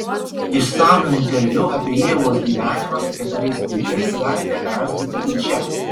išsamų interviu apie ievos gyvenimą su keturiais vaikais galite perskaityti čia